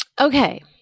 Okay